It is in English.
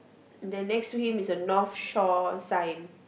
then next to him is a North Shore sign